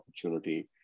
opportunity